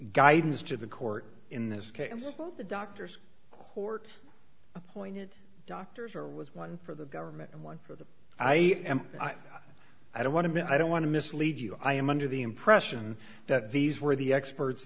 guidance to the court in this case the doctors court appointed doctors or was one for the government and one for the i am i don't want to be i don't want to mislead you i am under the impression that these were the experts